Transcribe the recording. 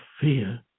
fear